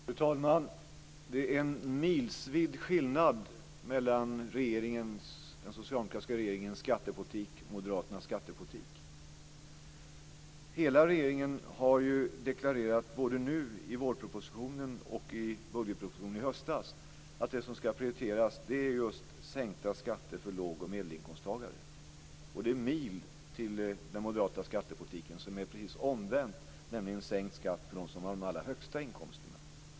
Fru talman! Det är en milsvid skillnad mellan den socialdemokratiska regeringens skattepolitik och Moderaternas skattepolitik. Hela regeringen har deklarerat, både nu i vårpropositionen och i budgetpropositionen i höstas, att det som ska prioriteras är just sänkta skatter för låg och medelinkomsttagare. Det är mil till den moderata skattepolitiken, som är precis omvänd, nämligen sänkt skatt för dem som har de allra högsta inkomsterna.